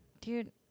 Dude